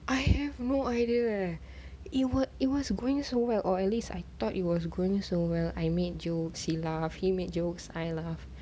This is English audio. I have no idea leh it wa~ it was going so well or at least I thought it was going so well I made jokes he laugh he made jokes I laugh